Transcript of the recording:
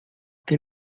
que